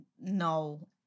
No